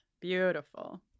Beautiful